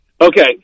Okay